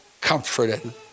comforted